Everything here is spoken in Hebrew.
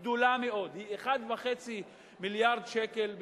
היא גדולה מאוד, 1.5 מיליארד שקל בשנה,